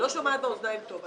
לא שומעת באוזניים טוב,